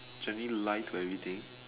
Chen Yi lie to everything